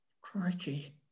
Crikey